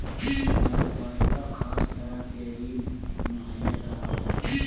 नगर पालिका खास तरह के ऋण मुहैया करावऽ हई